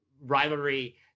rivalry